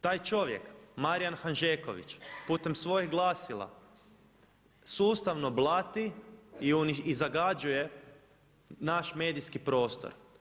Taj čovjek, Marijan Hanžeković putem svojih glasila sustavno blati i zagađuje naš medijski prostor.